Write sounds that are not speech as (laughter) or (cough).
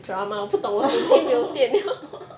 orh (laughs) orh